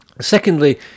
Secondly